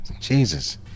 Jesus